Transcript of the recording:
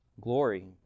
glory